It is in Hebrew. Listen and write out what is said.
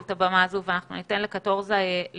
את הבמה הזו ואנחנו ניתן לקטורזה לסיים,